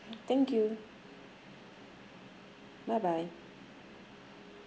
thank you bye bye